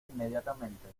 inmediatamente